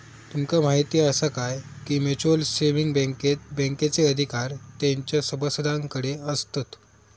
तुमका म्हायती आसा काय, की म्युच्युअल सेविंग बँकेत बँकेचे अधिकार तेंच्या सभासदांकडे आसतत